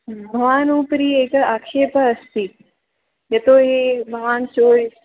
भवान् उपरि एकः आक्षेपः अस्ति यतो हि भवान् चोरि